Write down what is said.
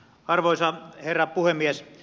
arvoisa herra puhemies